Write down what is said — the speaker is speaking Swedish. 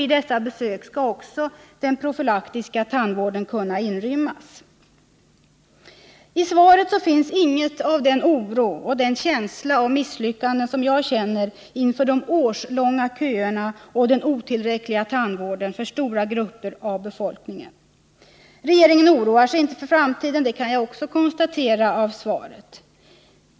I dessa besök skall också den profylaktiska tandvården kunna rymmas. I svaret finns inget av den oro och den känsla av misslyckande som jag känner inför de årslånga köerna och den otillräckliga tandvården för stora grupper av befolkningen. Regeringen oroar sig inte för framtiden, det kan jag också konstatera av svaret.